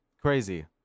crazy